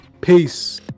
peace